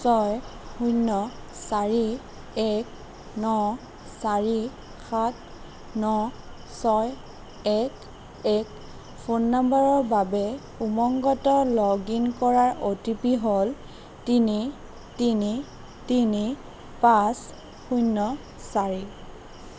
ছয় শূন্য চাৰি এক ন চাৰি সাত ন ছয় এক এক ফোন নম্বৰৰ বাবে উমংগত লগ ইন কৰাৰ অ' টি পি হ'ল তিনি তিনি তিনি পাঁচ শূন্য চাৰি